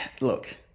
look